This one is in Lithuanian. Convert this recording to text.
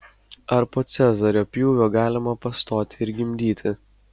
ar po cezario pjūvio galima pastoti ir gimdyti